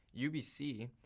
UBC